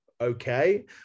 Okay